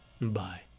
Bye